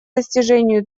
достижению